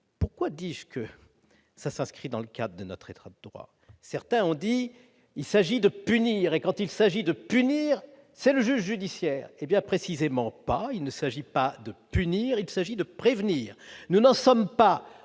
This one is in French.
Pourquoi dis-je que ça s'inscrit dans le cadre de notre être, certains ont dit : il s'agit de punir et quand il s'agit de punir, c'est le juge judiciaire hé bien précisément pas, il ne s'agit pas de punir, il s'agit de prévenir : nous n'en sommes pas